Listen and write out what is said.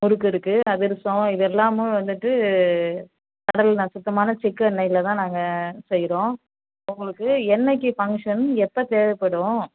முறுக்கு இருக்கு அதிரசம் இது எல்லாமும் வந்துவிட்டு கடலை எண்ணெய் சுத்தமான செக்கு எண்ணெயில்தான் நாங்கள் செய்யறோம் உங்களுக்கு என்னக்கு ஃபங்ஷன் எப்போ தேவைப்படும்